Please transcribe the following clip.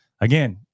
again